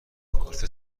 کارت